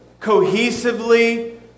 cohesively